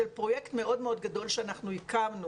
של פרויקט מאוד מאוד גדול שאנחנו הקמנו